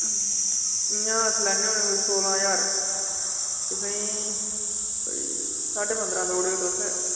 इ'यां अस लैने होने कोई सोलां ज्हार तुसेंईं कोई साड्ढे पंदरां देई ओड़ेओ तुस